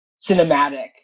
cinematic